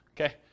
Okay